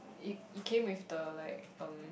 it it came with the like um